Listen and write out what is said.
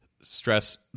stress